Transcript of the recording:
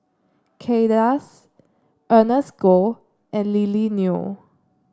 Kay Das Ernest Goh and Lily Neo